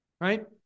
Right